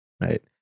Right